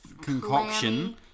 concoction